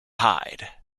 hide